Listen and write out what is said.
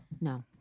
No